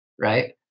right